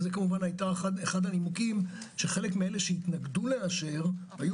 זה היה אחד הנימוקים שחלק מאלה שהתנגדו לאשר היו